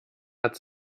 hat